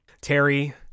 Terry